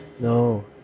No